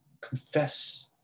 confess